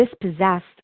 dispossessed